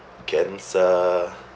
cancer